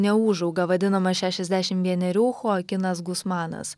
neūžauga vadinamas šešiasdešimt vienerių choakinas gusmanas